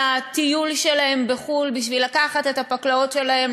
הטיול שלהם בחו"ל בשביל לקחת את הפקלאות שלהם,